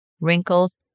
wrinkles